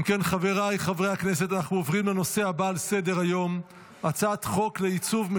אני קובע כי הצעת חוק שירותי הדת היהודיים (תיקון,